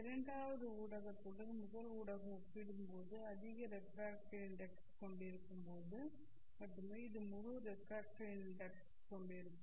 இரண்டாவது ஊடகத்துடன் முதல் ஊடகம் ஒப்பிடும்போது அதிக ரெஃப்ரக்ட்டிவ் இன்டெக்ஸ் கொண்டிருக்கும்போது மட்டுமே இது முழு ரெஃப்ரக்ட்டிவ் இன்டெக்ஸ் கொண்டிருக்கும்